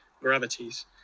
gravities